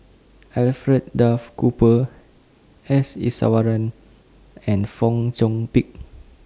Alfred Duff Cooper S Iswaran and Fong Chong Pik